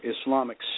Islamic